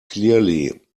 clearly